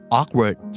awkward